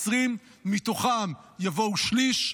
20. מתוכם יבואו שליש,